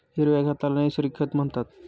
हिरव्या खताला नैसर्गिक खत म्हणतात